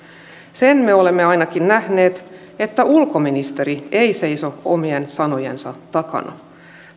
sen me olemme ainakin nähneet että ulkoministeri ei seiso omien sanojensa takana